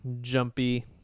jumpy